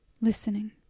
listening